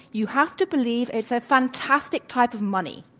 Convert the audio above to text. you have to believe it's a fantastic type of money.